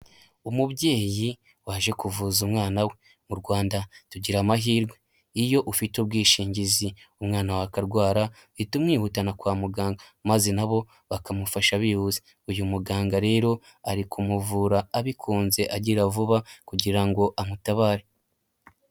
Umubyeyi waje kuvuza umwana we. Mu Rwanda tugira amahirwe iyo ufite ubwishingizi umwana wa akarwara uhita umwihutana kwa muganga maze nabo bakamufasha byihuse. Uyu muganga rero ari kumuvura abikunze, agira vuba kugira ngo amutabare.